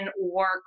work